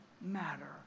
matter